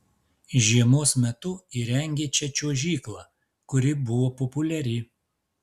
žiemos metu įrengė čia čiuožyklą kuri buvo populiari